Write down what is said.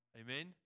Amen